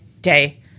day